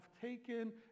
taken